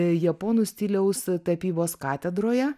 japonų stiliaus tapybos katedroje